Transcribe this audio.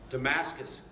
Damascus